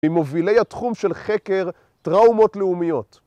ממובילי התחום של חקר טראומות לאומיות.